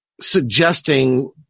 suggesting –